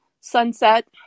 sunset